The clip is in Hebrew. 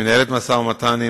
שומרון ובקעת-הירדן יש כל הזמן.